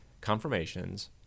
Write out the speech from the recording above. confirmations